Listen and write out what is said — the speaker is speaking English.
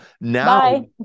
Now